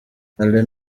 alain